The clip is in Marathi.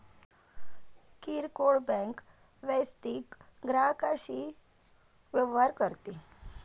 किरकोळ बँक वैयक्तिक ग्राहकांशी व्यवहार करते